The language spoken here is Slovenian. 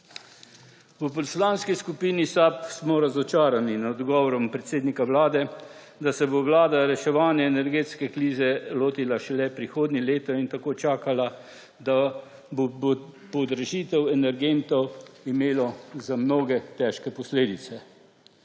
V Poslanski skupini SAB smo razočarani nad odgovorom predsednika vlade, da se bo vlada reševanja energetske krize lotila šele prihodnje leto in tako čakala, da bo podražitev energentov imela za mnoge težke posledice.